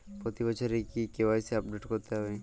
প্রতি বছরই কি কে.ওয়াই.সি আপডেট করতে হবে?